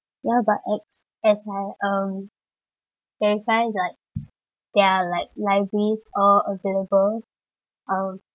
ya but as as I um verified that there are like libraries all available um